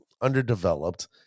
underdeveloped